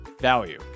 value